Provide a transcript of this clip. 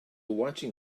watching